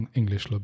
English